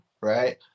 right